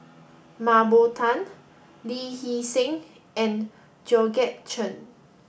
Mah Bow Tan Lee Hee Seng and Georgette Chen